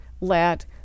let